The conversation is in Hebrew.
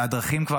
הדרכים כבר